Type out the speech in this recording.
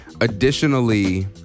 additionally